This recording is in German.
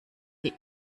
die